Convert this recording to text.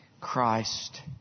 Christ